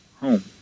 home